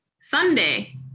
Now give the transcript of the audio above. Sunday